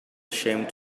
ashamed